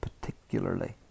particularly